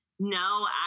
No